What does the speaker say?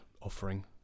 offering